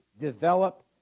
develop